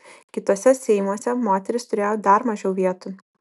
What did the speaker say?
kituose seimuose moterys turėjo dar mažiau vietų